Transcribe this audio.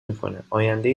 میکنه، آینده